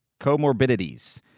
comorbidities